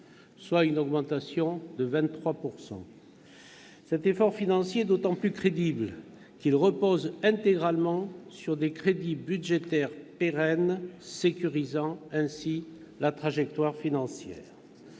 soit une augmentation de 23 %. Cet effort financier est d'autant plus crédible qu'il repose intégralement sur des crédits budgétaires pérennes, sécurisant ainsi la trajectoire financière.